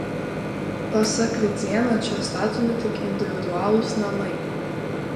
pasak vidzėno čia statomi tik individualūs namai